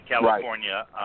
California